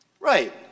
Right